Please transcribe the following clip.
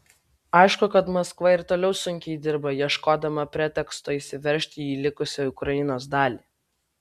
aišku kad maskva ir toliau sunkiai dirba ieškodama preteksto įsiveržti į likusią ukrainos dalį